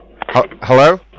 Hello